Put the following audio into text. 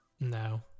No